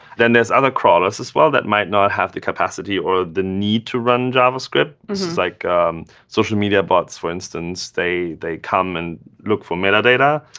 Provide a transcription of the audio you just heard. then there's other crawlers as well that might not have the capacity or the need to run javascript. this is like social media bots, for instance. they they come and look for metadata.